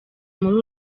muri